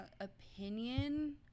opinion